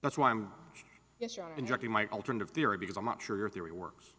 that's why i'm injecting my alternative theory because i'm not sure your theory works